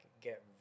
get